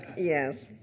yes.